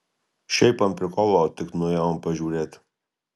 šiaip ant prikolo tik nuėjom pažiūrėt